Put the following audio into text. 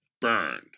burned